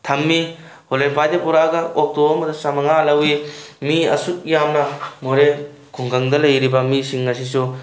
ꯊꯝꯃꯤ ꯍꯣꯂꯦꯟꯐꯥꯏꯗꯒꯤ ꯄꯨꯔꯛꯑꯒ ꯑꯣꯛꯇꯣ ꯑꯃꯗ ꯆꯃꯉꯥ ꯂꯧꯏ ꯃꯤ ꯑꯁꯨꯛ ꯌꯥꯝꯅ ꯃꯣꯔꯦ ꯈꯨꯡꯒꯪꯗ ꯂꯩꯔꯤꯕ ꯃꯤꯁꯤꯡ ꯑꯁꯤꯁꯨ